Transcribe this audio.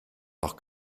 noch